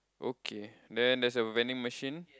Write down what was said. okay then there's a vending machine